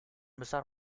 besar